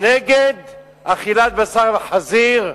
נגד אכילת בשר חזיר,